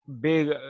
big